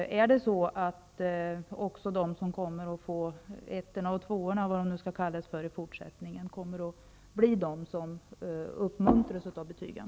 Kommer också de som får 1 eller 2 eller vad de nu skall kallas för i framtiden att uppmuntras av betygen?